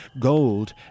Gold